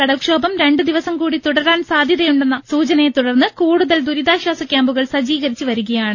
കടൽക്ഷോഭം രണ്ട് ദിവസം കൂടി തുടരാൻ സാധ്യയുണ്ടെന്ന സൂചനയെ തുടർന്ന് കൂടതൽ ദുരിതാശ്വാസ ക്യാമ്പുകൾ സജ്ജീകരിച്ച് വരികയാണ്